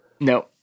No